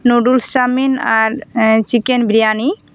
noodles chowmein ᱟᱨ chicken biryani